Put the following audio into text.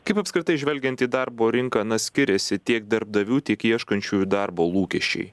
kaip apskritai žvelgiant į darbo rinką na skiriasi tiek darbdavių tik ieškančiųjų darbo lūkesčiai